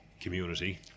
community